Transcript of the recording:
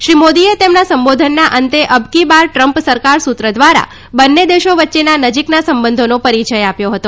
શ્રી મોદીએ તેમના સંબોધનના અંતે અબ કી બાર ટ્રમ્પ સરકાર સૂત્ર દ્વારા બંને દેશો વચ્ચેના નજીકના સંબંધોનો પરિચય આપ્યો હતો